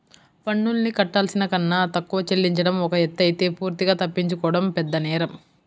పన్నుల్ని కట్టాల్సిన కన్నా తక్కువ చెల్లించడం ఒక ఎత్తయితే పూర్తిగా తప్పించుకోవడం పెద్దనేరం